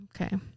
Okay